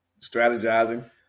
strategizing